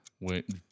Wait